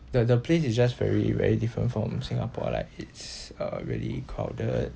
the the place is just very very different from singapore like it's uh really crowded